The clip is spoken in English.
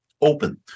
open